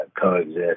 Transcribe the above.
coexist